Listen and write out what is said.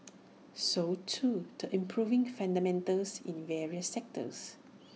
so too the improving fundamentals in various sectors